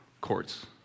courts